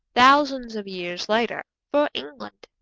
thousands of years later, for england.